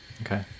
Okay